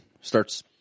starts